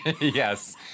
Yes